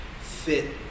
fit